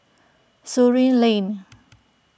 Surin Lane